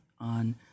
on